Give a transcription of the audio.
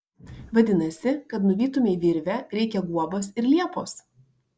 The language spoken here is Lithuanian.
vadinasi kad nuvytumei virvę reikia guobos ir liepos